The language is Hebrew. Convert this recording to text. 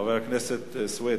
חבר הכנסת סוייד,